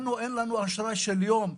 לנו אין אשראי אפילו ליום אחד,